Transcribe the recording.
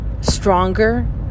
stronger